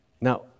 Now